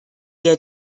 der